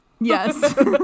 Yes